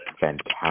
fantastic